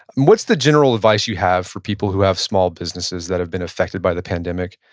what's the general advice you have for people who have small businesses that have been affected by the pandemic?